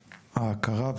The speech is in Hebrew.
ההכרה,